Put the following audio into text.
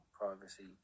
privacy